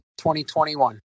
2021